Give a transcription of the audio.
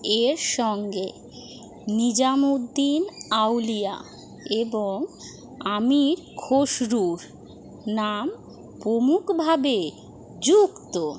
এর সঙ্গে নিজামুদ্দিন আউলিয়া এবং আমির খসরুর নাম প্রমুখভাবে যুক্ত